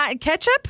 ketchup